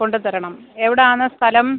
കൊണ്ടു തരണം എവിടെയാണ് സ്ഥലം